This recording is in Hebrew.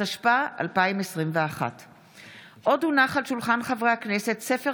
התשפ"א 2021. עוד הונח על שולחן הכנסת ספר